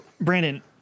Brandon